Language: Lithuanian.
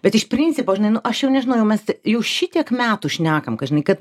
bet iš principo žinai nu aš jau nežinau jau mes jau šitiek metų šnekam kad žinai kad